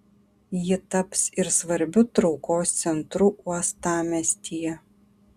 ji taps ir svarbiu traukos centru uostamiestyje